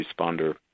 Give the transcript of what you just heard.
responder